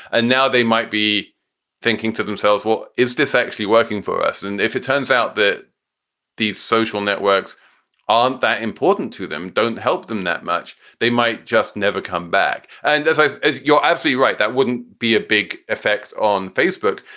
and now they might be thinking to themselves, well, is this actually working for us? and if it turns out that these social networks aren't that important to them, don't help them that much. they might just never come back. and as i is, you're actually right. that wouldn't be a big effect on facebook,